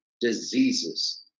diseases